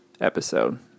episode